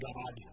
God